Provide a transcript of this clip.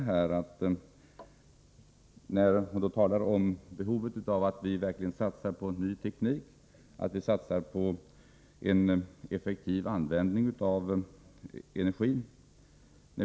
Energiministern talar om behovet av att vi verkligen satsar på en ny teknik och på en effektiv användning av energin.